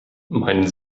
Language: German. meinen